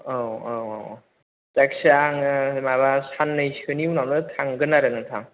औ औ औ जायखिया आङो माबा सान्नैसोनि उनावनो थांगोन आरो नोंथां